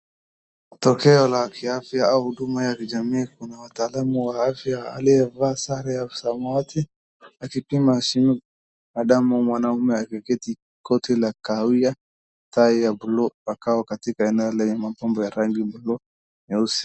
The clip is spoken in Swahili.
Tokeo la kiafya au huduma ya vijamiii kuna wataalamu w aafya aliyevaa sare ya samawati akipima shimo laa damu mwanume akiketi koti la kahawia, tai ya bluu makao katika eneo lenye mapambo ya rangi bluu nyeusi.